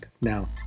now